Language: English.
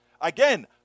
Again